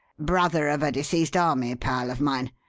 brother of a deceased army pal of mine.